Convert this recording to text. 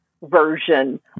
version